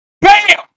BAM